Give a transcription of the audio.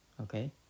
Okay